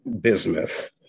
bismuth